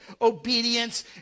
obedience